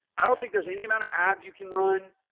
i don't think there's any amount of ads you can run.